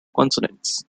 consonants